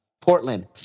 Portland